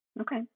Okay